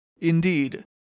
Indeed